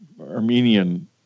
Armenian